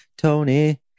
Tony